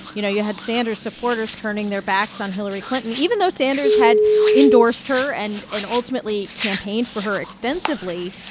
you know, you had sanders supporters turning their backs on hillary clinton, even though sanders had endorsed her and and ultimately campaigned for her extensively.